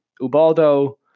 Ubaldo